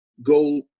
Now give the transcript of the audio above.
go